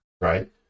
Right